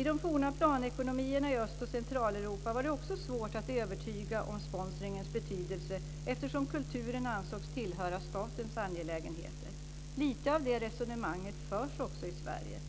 I de forna planekonomierna i Öst och Centraleuropa var det också svårt att övertyga om sponsringens betydelse, eftersom kulturen ansågs tillhöra statens angelägenheter. Lite av det resonemanget förs också i Sverige.